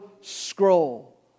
scroll